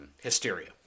hysteria